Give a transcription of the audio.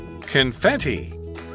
confetti